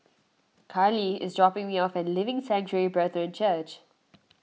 Carlee is dropping me off at Living Sanctuary Brethren Church